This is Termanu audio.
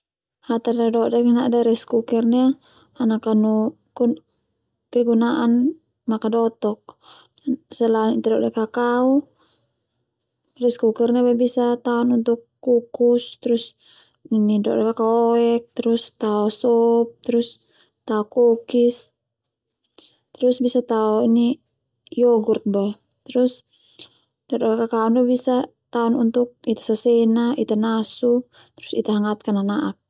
Hata dadodek nade reskurer ndia ana kanu kegunaan makadotok selain Ita do'de kakau reskurer ndia bisa taon untuk kukus terus dode kakauoek terus tao sup terus tao kokis terus bisa tao yogurt Boe terus dadode kakau ndia bisa Taon untuk Ita sasena Ita nasu terus ita hangatkan nana'ak.